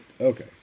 Okay